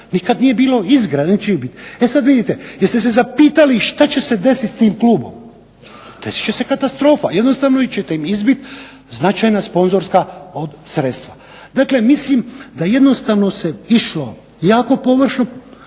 nikad nije bilo izgreda niti će ih biti. E sad vidite, jeste se zapitati šta će se desit sa tim klubom? Desit će se katastrofa. Jednostavno ćete im izbit značajna sponzorska sredstva. Dakle, mislim da jednostavno se išlo jako površno